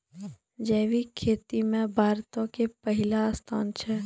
जैविक खेती मे भारतो के पहिला स्थान छै